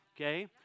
okay